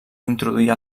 introduir